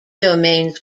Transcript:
domains